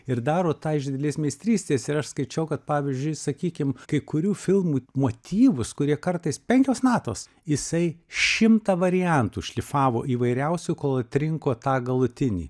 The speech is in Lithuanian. ir daro tą iš didelės meistrystės ir aš skaičiau kad pavyzdžiui sakykim kai kurių filmų motyvus kurie kartais penkios natos jisai šimtą variantų šlifavo įvairiausių kol atrinko tą galutinį